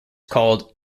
called